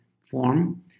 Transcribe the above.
form